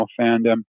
fandom